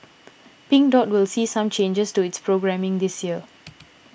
Pink Dot will see some changes to its programming this year